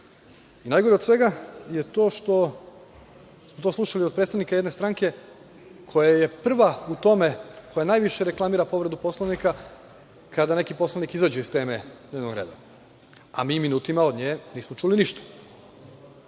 se“.Najgore od svega je to što smo to slušali od predstavnika jedne stranke koja je prva u tome, koja najviše reklamira povredu Poslovnika kada neki poslanik izađe iz teme dnevnog reda, a mi minutima od nje nismo čuli ništa.